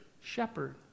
shepherd